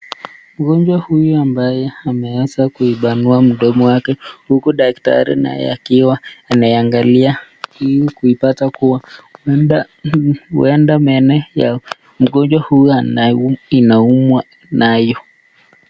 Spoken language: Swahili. Mgonjwa huyu ambaye ameweza kuipanua mdomo yake huku daktari naye akiwa anaingalia ili kuipata kuwa huenda meno ya mgonjwa huwa inaumwa nayo.